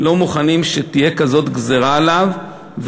לא מוכנים שתהיה כזאת גזירה עליו.